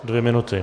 Dvě minuty.